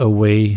Away